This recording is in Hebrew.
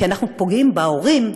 כי אנחנו פוגעים בהורים,